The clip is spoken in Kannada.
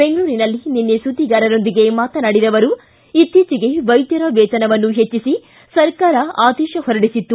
ಬೆಂಗಳೂರಿನಲ್ಲಿ ನಿನ್ನೆ ಸುದ್ವಿಗಾರರೊಂದಿಗೆ ಮಾತನಾಡಿದ ಅವರು ಇತ್ತೀಚೆಗೆ ವೈದ್ದರ ವೇತನವನ್ನು ಹೆಚ್ಚಿಸಿ ಸರ್ಕಾರ ಆದೇಶ ಹೊರಡಿಸಿತ್ತು